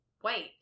white